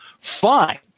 fine